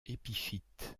épiphyte